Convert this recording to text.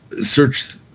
search